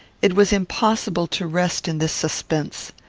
it was impossible to rest in this suspense.